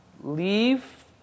leave